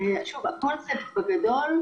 בגדול,